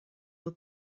will